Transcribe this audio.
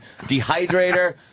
dehydrator